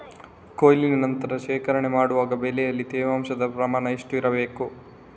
ಕೊಯ್ಲಿನ ನಂತರ ಶೇಖರಣೆ ಮಾಡುವಾಗ ಬೆಳೆಯಲ್ಲಿ ತೇವಾಂಶದ ಪ್ರಮಾಣ ಎಷ್ಟು ಇರಬೇಕು?